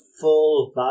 full